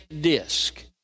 disc